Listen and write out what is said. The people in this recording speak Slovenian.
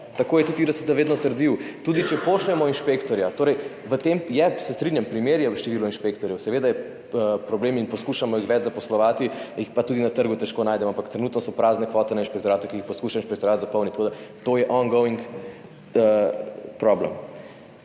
tako je tudi IRSD vedno trdil, tudi če pošljemo inšpektorja, v tem je, se strinjam, problem, število inšpektorjev, seveda je problem in jih poskušamo več zaposlovati, jih pa tudi na trgu težko najdemo, ampak trenutno so prazne kvote na inšpektoratu, ki jih poskuša inšpektorat dopolniti, tako da to je ongoing problem.